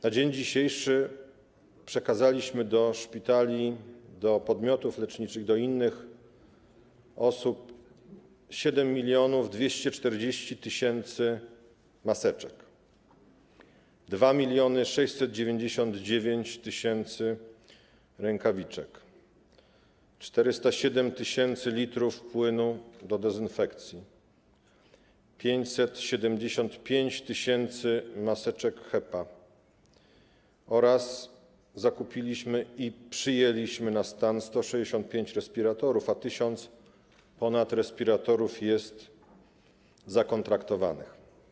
Na dzień dzisiejszy przekazaliśmy do szpitali, do podmiotów leczniczych, do innych osób 7240 tys. maseczek, 2699 tys. rękawiczek, 407 tys. l płynu do dezynfekcji, 575 tys. maseczek HEPA oraz zakupiliśmy i przyjęliśmy na stan 165 respiratorów, a ponad 1000 respiratorów jest zakontraktowanych.